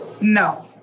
No